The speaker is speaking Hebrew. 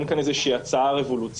אין כאן איזה שהיא הצעה רבולוציונית.